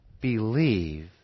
believe